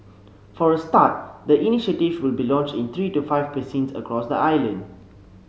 for a start the initiative will be launched in three to five precincts across the island